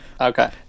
okay